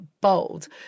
bold